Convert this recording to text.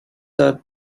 are